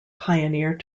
pioneer